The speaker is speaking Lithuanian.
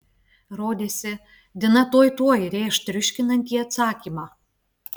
rodėsi dina tuoj tuoj rėš triuškinantį atsakymą